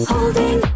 Holding